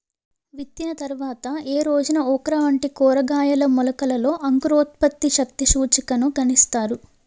విత్తిన తర్వాత ఏ రోజున ఓక్రా వంటి కూరగాయల మొలకలలో అంకురోత్పత్తి శక్తి సూచికను గణిస్తారు?